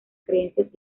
creencias